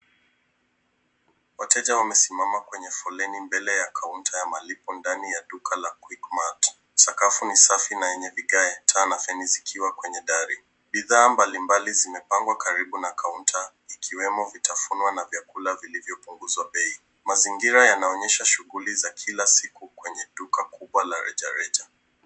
Wateja wamesimama kwenye poleni mbele ya kaunta ya malipo mbele ya kaunta ya quickmart .Sakafu ni safi na yenye vigae na taa zikiwakwenye dari. Bidhaa mbalimbali zimepangwa karibu na kaunta ikiwemo vitafuno na vyakula vilivyopuguzwa bro.Mazingira yanaonyesha shughuli za kila siku kwenye duka la rejareja.